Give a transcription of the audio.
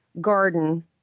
garden